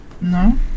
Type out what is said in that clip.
No